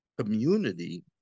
community